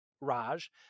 raj